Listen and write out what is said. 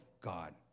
God